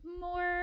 more